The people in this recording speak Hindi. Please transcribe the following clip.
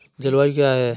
जलवायु क्या है?